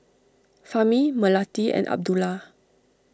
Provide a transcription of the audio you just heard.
Fahmi Melati and Abdullah